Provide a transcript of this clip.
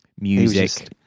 music